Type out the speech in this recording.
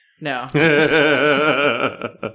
No